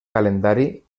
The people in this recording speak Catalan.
calendari